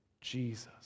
Jesus